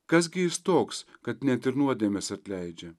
kas gi jis toks kad net ir nuodėmes atleidžia